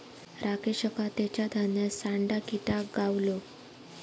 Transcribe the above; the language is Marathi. राकेशका तेच्या धान्यात सांडा किटा गावलो